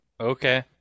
okay